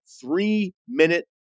three-minute